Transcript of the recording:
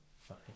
fine